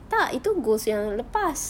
tak itu goals yang lepas